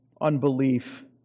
unbelief